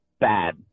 bad